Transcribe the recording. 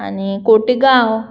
आनी खोतिगांव